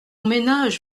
ménage